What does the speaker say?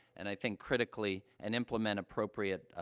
and i think, critically and implement appropriate,